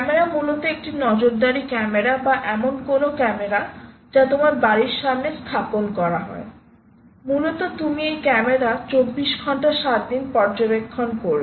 camera মূলত একটি নজরদারি ক্যামেরা বা এমন কোনও ক্যামেরা যা তোমার বাড়ির সামনে স্থাপন করা হয় মূলত আপনি এই ক্যামেরা 24 ঘন্টা 7 দিন পর্যবেক্ষণ করবে